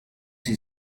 she